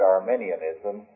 Arminianism